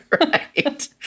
Right